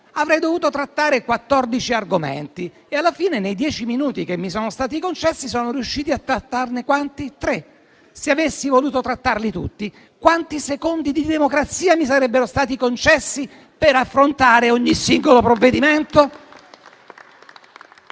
avrei dovuto trattare 14 argomenti e alla fine, nei dieci minuti che mi sono stati concessi, sono riuscito a trattarne tre, se avessi voluto trattarli tutti quanti secondi di democrazia mi sarebbero stati concessi per affrontare ogni singolo provvedimento?